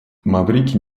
маврикий